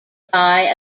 buy